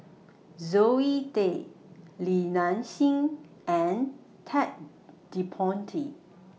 Zoe Tay Li Nanxing and Ted De Ponti